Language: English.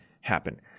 happen